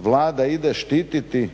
Vlada ide štititi